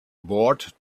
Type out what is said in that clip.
bored